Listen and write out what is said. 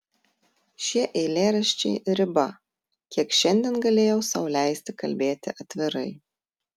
šie eilėraščiai riba kiek šiandien galėjau sau leisti kalbėti atvirai